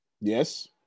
Yes